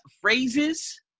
Phrases